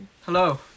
Hello